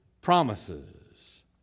promises